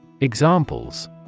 Examples